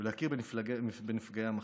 ולהכיר בנפגעי המחלה.